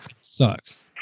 sucks